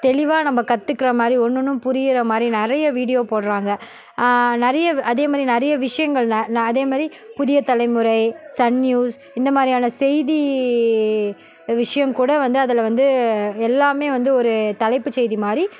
தெளிவாக நம்ம கற்றுக்குற மாதிரி ஒன்று ஒன்றும் புரிகிற மாதிரி நிறைய வீடியோ போடுறாங்க நிறைய வ அதே மாதிரி நிறைய விஷயங்கள் ந ந அதே மாதிரி புதிய தலைமுறை சன் நியூஸ் இந்த மாதிரியான செய்தி விஷயங்கூட வந்து அதில் வந்து எல்லாமே வந்து ஒரு தலைப்புச் செய்தி மாதிரி